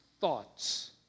thoughts